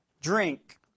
drink